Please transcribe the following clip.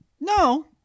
no